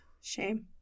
Shame